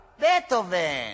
Beethoven